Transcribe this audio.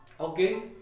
okay